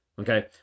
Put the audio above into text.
Okay